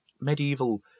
medieval